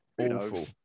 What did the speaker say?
Awful